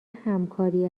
همکاری